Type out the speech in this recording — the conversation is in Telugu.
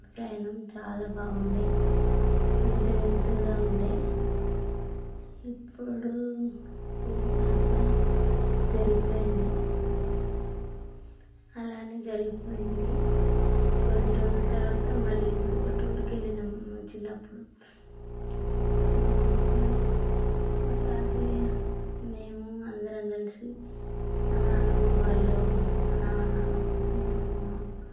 ప్రయాణం చాలా బాగుండే వింత వింతగా ఉండే ఇప్పుడు ఈ అట్లా జరిగిపోయింది అలానే జరిగిపోయింది కొన్ని రోజుల తర్వాత మళ్ళీ ఇంకొక టూర్కి వెళ్ళినాం మా చిన్నప్పుడు మా అమ్మమ్మ మా తాతయ్య మేము అందరం కలిసి మా నాన్నమ్మ వాళ్ళు మా నాన్న మా అమ్మ